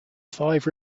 five